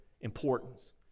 importance